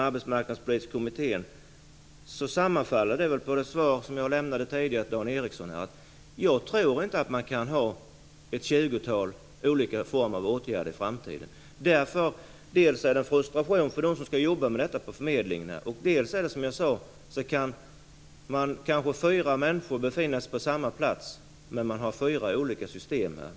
Arbetsmarknadspolitiska kommittén sammanfaller väl med det svar som jag lämnade tidigare till Dan Ericsson. Jag tror inte att man kan ha ett tjugotal olika former av åtgärder i framtiden. Det ger dels en frustration för dem som skall jobba med detta på förmedlingarna, dels kan fyra människor befinna sig på samma plats, men man har fyra olika system.